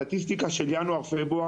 הסטטיסטיקה של חודשים ינואר ופברואר,